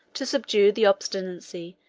to subdue the obstinacy,